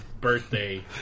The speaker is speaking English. Birthday